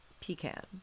Pecan